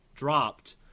dropped